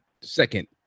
second